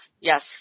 yes